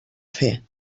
fer